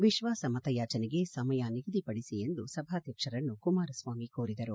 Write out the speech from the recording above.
ವಿಶ್ವಾಸ ಮತಯಾಚನೆಗೆ ಸಮಯ ನಿಗದಿ ಪಡಿಸಿ ಎಂದು ಸಭಾಧ್ಯಕ್ಷರನ್ನು ಕುಮಾರಸ್ವಾಮಿ ಕೋರಿದರು